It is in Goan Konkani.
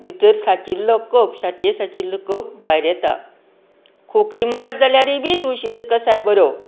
भितर साचिल्ल्यो कफ छातयेन सांचिल्लो कफ भायर येता खोकलीं मारप जाल्यारूय बी तुळशींचो कसाय बरो